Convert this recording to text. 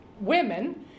women